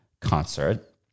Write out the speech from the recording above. concert